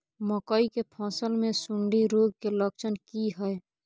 मकई के फसल मे सुंडी रोग के लक्षण की हय?